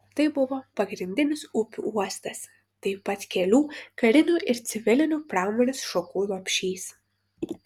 tai buvo pagrindinis upių uostas taip pat kelių karinių ir civilinių pramonės šakų lopšys